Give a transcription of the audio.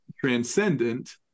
transcendent